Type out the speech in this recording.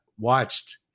Watched